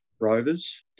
rovers